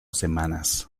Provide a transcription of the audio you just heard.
semanas